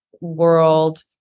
world